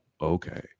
okay